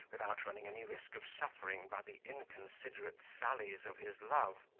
without running any risk of suffering by the inconsiderate sallies of his love.